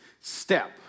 step